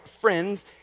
friends